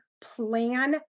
plan